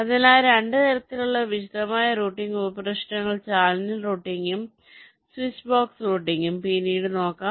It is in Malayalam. അതിനാൽ 2 തരത്തിലുള്ള വിശദമായ റൂട്ടിംഗ് ഉപ പ്രശ്നങ്ങൾ ചാനൽ റൂട്ടിംഗും സ്വിച്ച് ബോക്സ് റൂട്ടിംഗും പിന്നീട് നോക്കാം